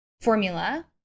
Formula